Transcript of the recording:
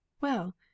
Well